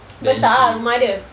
besar ah rumah dia